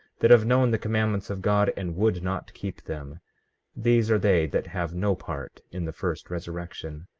that have known the commandments of god, and would not keep them these are they that have no part in the first resurrection.